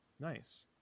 nice